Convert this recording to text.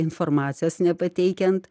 informacijos nepateikiant